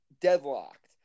deadlocked